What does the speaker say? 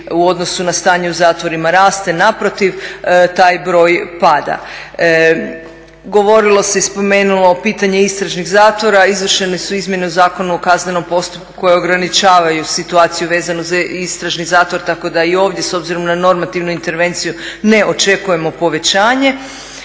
u odnosu na stanje u zatvorima raste, naprotiv taj broj pada. Govorilo se i spomenulo pitanje istražnih zatvora. Izvršene su izmjene u Zakonu o kaznenom postupku koje ograničavaju situaciju vezanu za istražni zatvor tako da i ovdje s obzirom na normativnu intervenciju ne očekujemo povećanje.